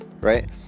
right